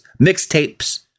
Mixtapes